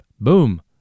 boom